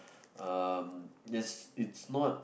um that's it's not